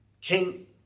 King